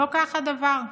לא כך הדבר,